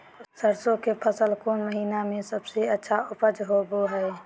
सरसों के फसल कौन महीना में सबसे अच्छा उपज होबो हय?